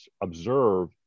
observe